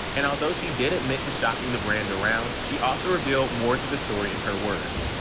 and although she did admit to shopping the brand around, she also revealed more to the story in her words.